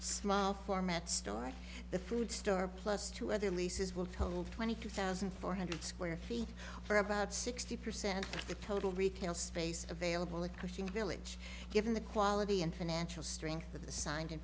small format store the food store plus two other leases will total twenty two thousand four hundred square feet for about sixty percent of the total retail space available at coaching village given the quality and financial strength of the signed in